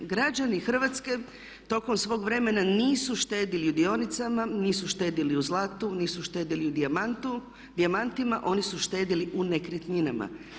Građani Hrvatske tokom svog vremena nisu štedjeli u dionicama, nisu štedjeli u zlatu, nisu štedjeli u dijamantima, oni su štedjeli u nekretninama.